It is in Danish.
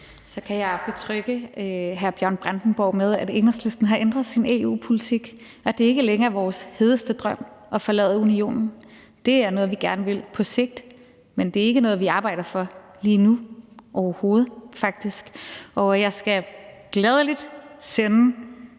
Så kan jeg betrygge hr. Bjørn Brandenborg med, at Enhedslisten har ændret sin EU-politik, og at det ikke længere er vores hedeste drøm at forlade Unionen. Det er noget, vi gerne vil på sigt, men det er ikke noget, vi arbejder for lige nu, faktisk overhovedet ikke. Jeg skal gladelig sende